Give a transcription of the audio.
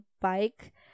bike